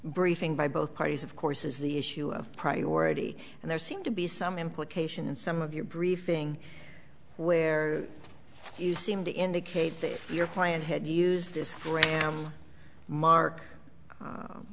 briefing by both parties of course is the issue of priority and there seemed to be some implication in some of your briefing where you seem to indicate that your client had used this great mark